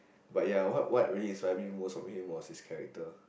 but ya what really inspire me most of him was his character